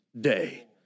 day